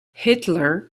hitler